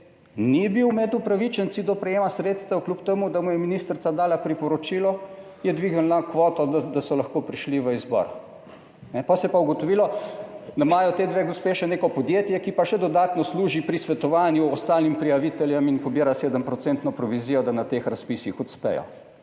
ni bil med upravičenci do prejema sredstev, kljub temu, da mu je ministrica dala priporočilo, je dvignila kvoto, da so lahko prišli v izbor, potem se je pa ugotovilo, da imajo ti dve gospe še neko podjetje, ki pa še dodatno služi pri svetovanju ostalim prijaviteljem in pobira 7 % provizijo, da na teh razpisih uspejo,